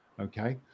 okay